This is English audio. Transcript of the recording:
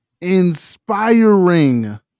inspiring